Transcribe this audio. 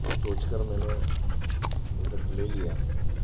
यह सोचकर मैंने प्रोडक्ट ले लिया